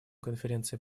конференции